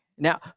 Now